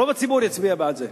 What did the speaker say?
רוב הציבור יצביע בעד זה.